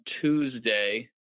Tuesday